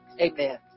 Amen